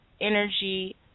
Energy